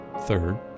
third